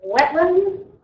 wetland